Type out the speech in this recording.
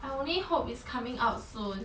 I only hope it's coming out soon